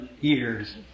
years